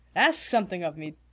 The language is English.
ask something of me.